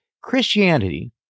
Christianity